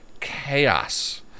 chaos